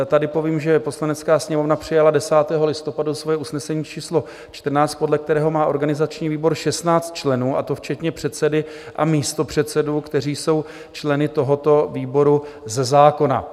Tady povím, že Poslanecká sněmovna přijala 10. listopadu svoje usnesení číslo 14, podle kterého má organizační výbor 16 členů, a to včetně předsedy a místopředsedů, kteří jsou členy tohoto výboru ze zákona.